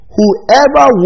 Whoever